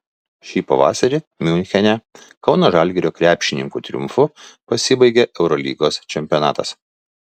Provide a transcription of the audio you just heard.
šį pavasarį miunchene kauno žalgirio krepšininkų triumfu pasibaigė eurolygos čempionatas